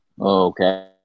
Okay